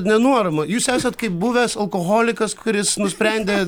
nenuorama jūs esat kaip buvęs alkoholikas kuris nusprendė